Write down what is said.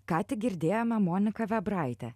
ką tik girdėjome moniką vėbraitę